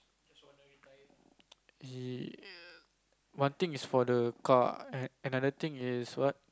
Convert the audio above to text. he one thing is for the car another thing is what